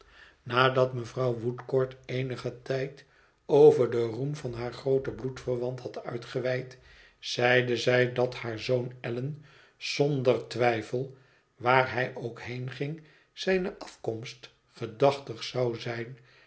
nadat mevrouw woodcourt eenigen tijd over den roem van haar grooten bloedverwant had uitgeweid zeide zij dat haar zoon allan zondertwijfel waar hij ook heenging zijne afkomst gedachtig zou zijn